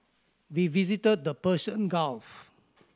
we visited the Persian Gulf